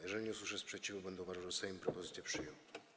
Jeżeli nie usłyszę sprzeciwu, będę uważał, że Sejm propozycję przyjął.